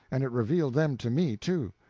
and it revealed them to me, too.